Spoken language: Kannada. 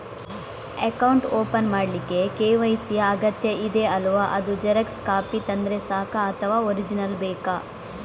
ಅಕೌಂಟ್ ಓಪನ್ ಮಾಡ್ಲಿಕ್ಕೆ ಕೆ.ವೈ.ಸಿ ಯಾ ಅಗತ್ಯ ಇದೆ ಅಲ್ವ ಅದು ಜೆರಾಕ್ಸ್ ಕಾಪಿ ತಂದ್ರೆ ಸಾಕ ಅಥವಾ ಒರಿಜಿನಲ್ ಬೇಕಾ?